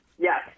Yes